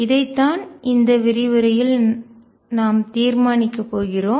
இதைத்தான் இந்த விரிவுரையில் நாம் தீர்மானிக்கப் போகிறோம்